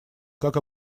как